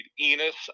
Enos